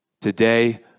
Today